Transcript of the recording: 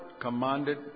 commanded